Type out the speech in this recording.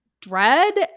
dread